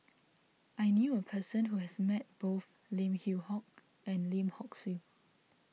I knew a person who has met both Lim Yew Hock and Lim Hock Siew